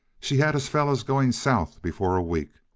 she had us fellows going south before a week.